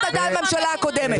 זאת הייתה הממשלה הקודמת.